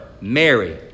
Mary